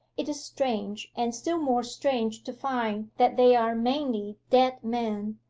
it is strange and still more strange to find that they are mainly dead men,